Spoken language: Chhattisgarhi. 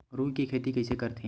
रुई के खेती कइसे करथे?